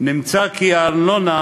נמצא כי הארנונה